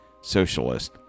socialist